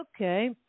okay